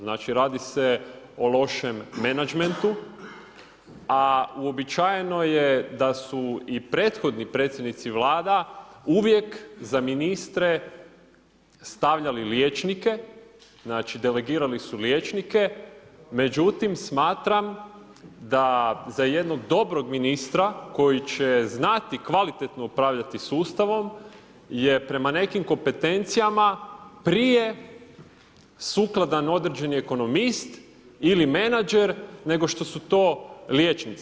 Znači radi se o lošem menadžmentu, a uobičajeno je da su i prethodni predsjednici vlada, uvijek za ministre stavljali liječnike, znači delegirali su liječnike, međutim, smatram da za jednog dobrog ministra, koji će znati kvalitetno upravljati sustavom, je prema nekim kompetencijama, prije sukladan određeni ekonomist ili menadžer nego što su to liječnici.